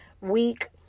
week